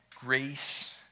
grace